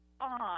on